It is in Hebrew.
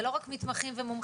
זה לא רק מתמחים ומומחים,